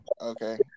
Okay